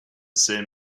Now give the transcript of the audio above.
same